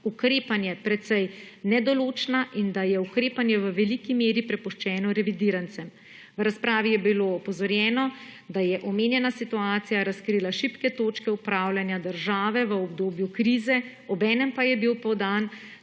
ukrepanje precej nedoločna in da je ukrepanje v veliki meri prepuščeno revidirancem. V razpravi je bilo opozorjeno, da je omenjena situacija razkrila šibke točke upravljanja države v obdobju krize, obenem pa je bil podan